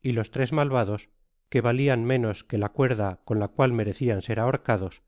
y los tres malvados que valian menos que la cuerda con la cual merecian ser ahorcados